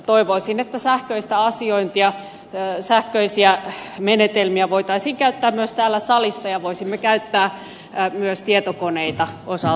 toivoisin että sähköistä asiointia sähköisiä menetelmiä voitaisiin käyttää myös täällä salissa ja voisimme käyttää myös tietokoneita osaltamme